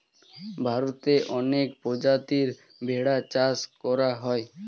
ভারতে অনেক প্রজাতির ভেড়া চাষ করা হয়